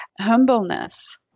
humbleness